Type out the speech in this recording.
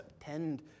attend